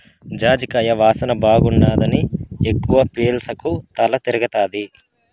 జాజికాయ వాసన బాగుండాదని ఎక్కవ పీల్సకు తల తిరగతాది